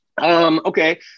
Okay